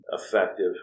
effective